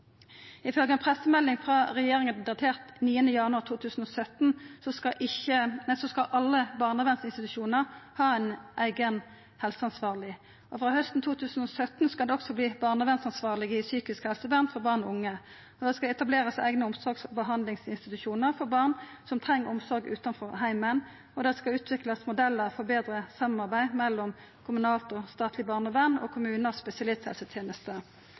ei pressemelding frå regjeringa datert 9. januar 2017 skal alle barnevernsinstitusjonar ha ein eigen helseansvarleg. Frå hausten 2017 skal det også vera barnevernsansvarlege i psykisk helsevern for barn og unge, det skal etablerast eigne omsorgs- og behandlingsinstitusjonar for barn som treng omsorg utanfor heimen, og det skal utviklast modellar for betre samarbeid mellom kommunalt og statleg barnevern, kommunar og